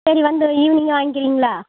சரி வந்து ஈவினிங்கு வாங்கிக்கிறீங்களா